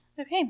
Okay